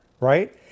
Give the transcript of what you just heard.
right